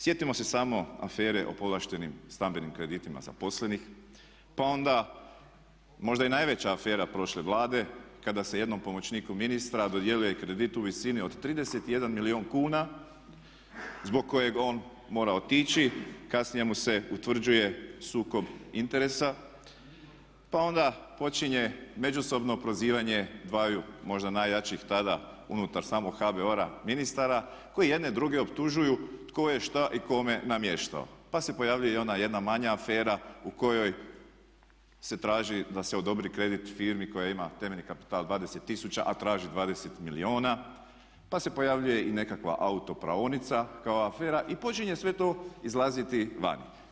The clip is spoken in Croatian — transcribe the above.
Sjetimo se samo afere o povlaštenim stambenim kreditima zaposlenih, pa onda možda i najveća afera prošle Vlade kada se jednom pomoćniku ministra dodjeljuje kredit u visini od 31 milijun kuna zbog kojeg on mora otići, kasnije mu se utvrđuje sukob interesa, pa onda počinje međusobno prozivanje dvaju možda najjačih tada unutar samog HBOR-a ministara koji jedni druge optužuju tko je šta i kome namještaju, pa se pojavljuje i ona jedna manja afere u kojoj se traži da se odobri kredit firmi koja ima temeljni kapital 20 tisuća a traži 20 milijuna, pa se pojavljuje i nekakva autopraonica kao afera i počinje sve to izlaziti vani.